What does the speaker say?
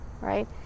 right